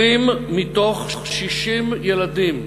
20 מתוך 60 ילדים,